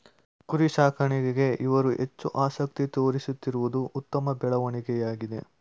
ಕುರಿ ಸಾಕಾಣಿಕೆಗೆ ಇವರು ಹೆಚ್ಚು ಆಸಕ್ತಿ ತೋರಿಸುತ್ತಿರುವುದು ಉತ್ತಮ ಬೆಳವಣಿಗೆಯಾಗಿದೆ